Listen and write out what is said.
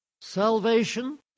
Salvation